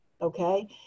okay